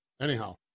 Anyhow